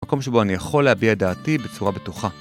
מקום שבו אני יכול להביע דעתי בצורה בטוחה.